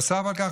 נוסף על כך,